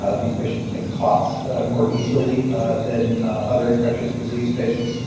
ah these patients may clot more easily than other infectious disease patients.